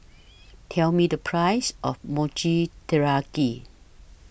Tell Me The Price of Mochi Taiyaki